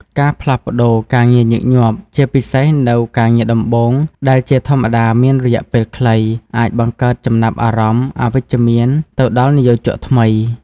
ការផ្លាស់ប្ដូរការងារញឹកញាប់ ជាពិសេសនៅ ការងារដំបូង ដែលជាធម្មតាមានរយៈពេលខ្លី អាចបង្កើតចំណាប់អារម្មណ៍អវិជ្ជមានទៅដល់និយោជកថ្មី។